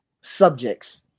subjects